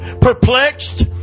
Perplexed